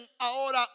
ahora